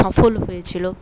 সফল হয়েছিল